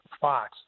Fox